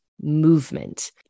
movement